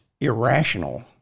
irrational